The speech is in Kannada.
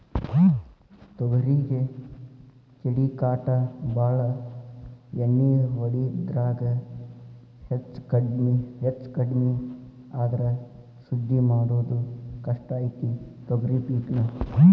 ತೊಗರಿಗೆ ಕೇಡಿಕಾಟ ಬಾಳ ಎಣ್ಣಿ ಹೊಡಿದ್ರಾಗ ಹೆಚ್ಚಕಡ್ಮಿ ಆದ್ರ ಸುದ್ದ ಮಾಡುದ ಕಷ್ಟ ಐತಿ ತೊಗರಿ ಪಿಕ್ ನಾ